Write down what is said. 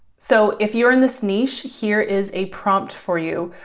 so if you're in this niche, here is a prompt for you.